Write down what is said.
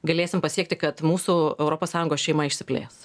galėsim pasiekti kad mūsų europos sąjungos šeima išsiplės